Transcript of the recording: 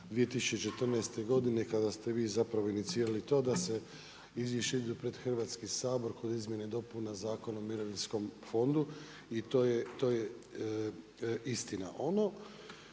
2014. godine kada ste vi zapravo inicirali to da se izvješće ide pred Hrvatski sabor kod Izmjena i dopuna Zakona o mirovinskom fondu i to je istina.